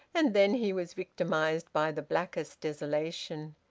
and then he was victimised by the blackest desolation.